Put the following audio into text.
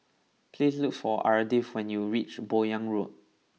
please look for Ardith when you reach Buyong Road